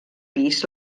pis